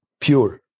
pure